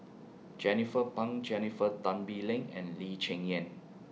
Jernnine Pang Jennifer Tan Bee Leng and Lee Cheng Yan